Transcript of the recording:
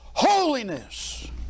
Holiness